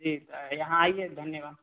ठीक है यहाँ आइए धन्यवाद